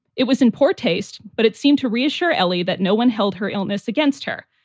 it was in poor taste, but it seemed to reassure ellie that no one held her illness against her.